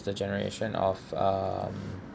the generation of um